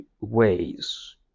ways